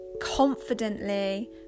confidently